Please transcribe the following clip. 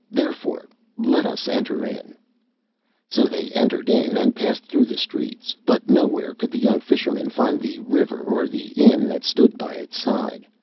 therefore let us enter in so they entered in and passed through the streets, but nowhere could the young fisherman find the river or the inn that stood by its side.